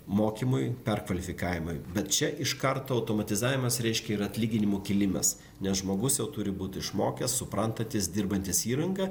mokymui perkvalifikavimui bet čia iš karto automatizavimas reiškia ir atlyginimų kilimas nes žmogus jau turi būt išmokęs suprantantis dirbantis įranga